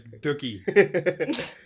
Dookie